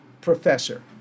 professor